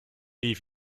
wie